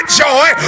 joy